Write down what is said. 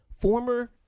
former